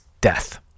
death